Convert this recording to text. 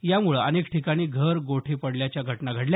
यामुळे अनेक ठिकाणी घर गोठे पडल्याच्या घटना घडल्या